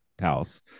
house